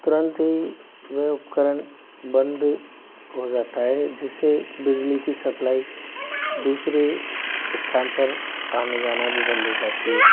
तुरंत ही वे उपकरण बंद हो जाता है जिससे बिजली की सप्लाई दूसरे स्थान पर आना जाना भी बंद हो जाती है